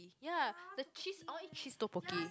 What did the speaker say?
ya the cheese all eat cheese tteokbokki